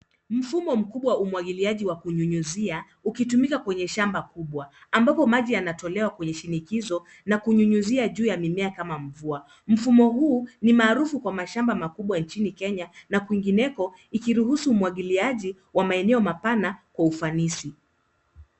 Mfumo mkubwa umwagiliaji wa kunyunyizia, ukitumika kwenye shamba kubwa, ambapo maji yanatolewa kwenye shinikizo, na kunyunyizia juu ya mimea kama mvua. Mfumo huu ni maarufu kwa mashamba makubwa nchini Kenya na kuingineko ikiruhusu umwagiliaji wa maeneo mapana kwa ufanisi.